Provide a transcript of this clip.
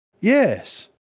Yes